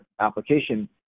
application